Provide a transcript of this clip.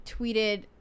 tweeted